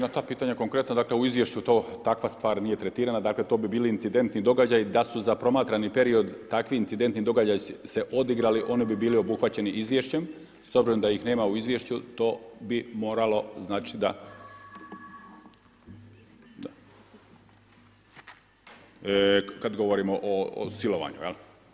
Na ta pitanja konkretno, dakle, u izvješću to, takva stvar nije tretirana, dakle, to bi bili incidentni događaji, da su za promatrani period takvi incidentni događaji se odigrali oni bi bili obuhvaćeni izvješćem, s obzirom da ih nema u izvješću, to bi moralo znači, da, kad govorimo o silovanju, jel.